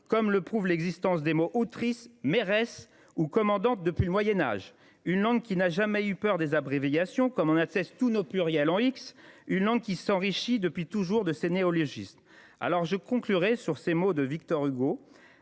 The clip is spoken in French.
comme le prouve l’existence des mots « autrice »,« mairesse » ou « commandante » depuis le Moyen Âge ; une langue qui n’a jamais eu peur des abréviations comme en attestent tous nos pluriels en « x »; une langue qui s’enrichit depuis toujours de ses néologismes. Je conclurai sur ces mots de Victor Hugo,